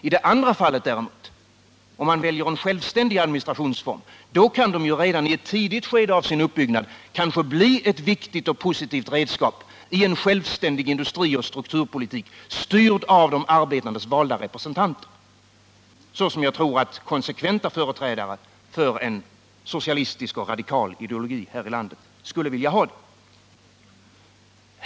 I det andra fallet däremot - om man väljer en självständig administrationsform — kan de ju redan i ett tidigt skede av sin uppbyggnad kanske bli ett viktigt och positivt redskap i en självständig industrioch strukturpolitik, styrd av de arbetandes valda representanter, såsom jag tror att konsekventa företrädare för en socialistisk och radikal ideologi här i landet skulle vilja ha det.